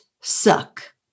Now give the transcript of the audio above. suck